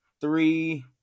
three